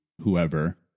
whoever